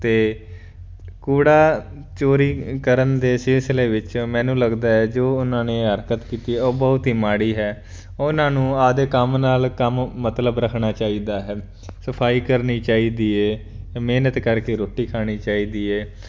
ਅਤੇ ਕੂੜਾ ਚੋਰੀ ਕਰਨ ਦੇ ਸਿਲਸਿਲੇ ਵਿੱਚ ਮੈਨੂੰ ਲੱਗਦਾ ਹੈ ਜੋ ਉਹਨਾਂ ਨੇ ਹਰਕਤ ਕੀਤੀ ਉਹ ਬਹੁਤ ਹੀ ਮਾੜੀ ਹੈ ਉਹਨਾਂ ਨੂੰ ਆਪਦੇ ਕੰਮ ਨਾਲ ਕੰਮ ਮਤਲਬ ਰੱਖਣਾ ਚਾਹੀਦਾ ਹੈ ਸਫਾਈ ਕਰਨੀ ਚਾਹੀਦੀ ਹੈ ਮਿਹਨਤ ਕਰਕੇ ਰੋਟੀ ਖਾਣੀ ਚਾਹੀਦੀ ਹੈ